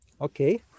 Okay